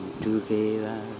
together